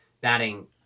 batting